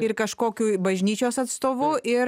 ir kažkokiu bažnyčios atstovu ir